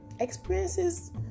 experiences